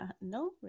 no